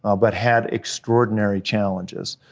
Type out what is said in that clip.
ah but had extraordinary challenges.